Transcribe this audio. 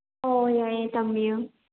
ꯍꯣꯏ ꯌꯥꯏꯌꯦ ꯇꯝꯕꯤꯌꯨ